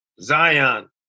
Zion